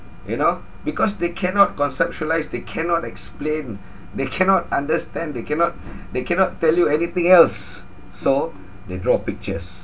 you know because they cannot conceptualise they cannot explain they cannot understand they cannot they cannot tell you anything else so they draw a pictures